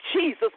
Jesus